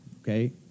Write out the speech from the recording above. okay